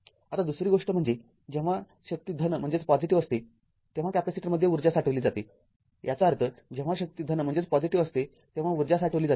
आता दुसरी गोष्ट म्हणजे जेव्हा शक्ती धन असते तेव्हा कॅपेसिटरमध्ये ऊर्जा साठवली जाते याचा अर्थ जेव्हा शक्ती धन असते तेव्हा ऊर्जा साठवली जाते